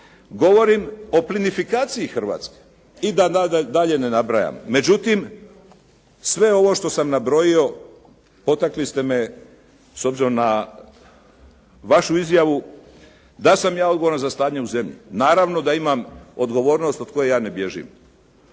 Govorim o plinofikaciji Hrvatske, i da dalje ne nabrajam. Međutim, sve ovo što sam nabrojio, potakli ste me, s obzirom na vašu izjavu da sam ja odgovoran za stanje u zemlji, naravno da imam odgovornost od koje ja ne bježim.